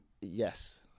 yes